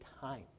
time